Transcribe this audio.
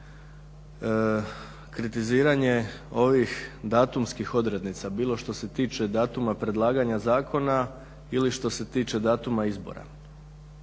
kritiziranje ovih datumskih odrednica bilo što se tiče datuma predlaganja zakona ili što se tiče datuma izbora.